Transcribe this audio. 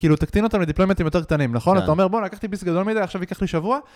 כאילו תקטין אותם לדיפלוימטים יותר קטנים, נכון? אתה אומר בואנה לקחתי ביס גדול מדי עכשיו ייקח לי שבוע